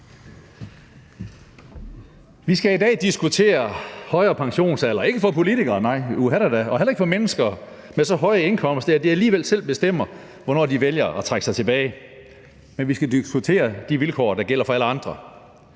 Vi skal i dag diskutere højere pensionsalder, ikke for politikere, nej, uha da da, og heller ikke for mennesker med så høje indkomster, at de alligevel selv bestemmer, hvornår de vælger at trække sig tilbage, men vi skal diskutere de vilkår, der gælder for alle andre.